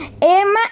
Emma